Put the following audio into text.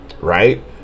right